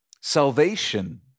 salvation